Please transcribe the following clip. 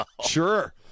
Sure